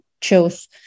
chose